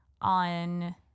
on